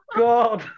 god